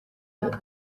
nzara